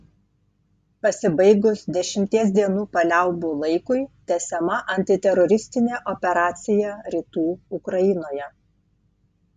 pasibaigus dešimties dienų paliaubų laikui tęsiama antiteroristinė operacija rytų ukrainoje